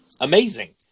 amazing